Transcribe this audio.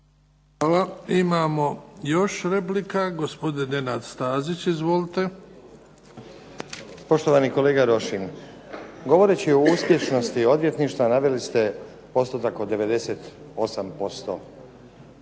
Hvala. Imamo još replika. Gospodin Nenad Stazić, izvolite. **Stazić, Nenad (SDP)** Poštovani kolega Rošin, govoreći o uspješnosti odvjetništva naveli ste postotak od 98%